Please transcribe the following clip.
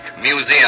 Museum